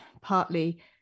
partly